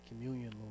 communion